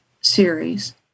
series